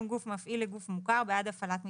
גוף מפעיל לגוף מוכר בעד הפעלת מתנדב: